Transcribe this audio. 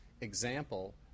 example